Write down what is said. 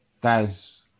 Guys